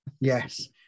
Yes